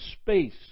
space